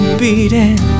beating